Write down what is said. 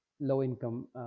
low-income